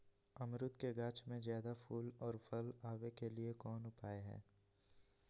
अमरूद के गाछ में ज्यादा फुल और फल आबे के लिए कौन उपाय है?